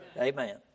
Amen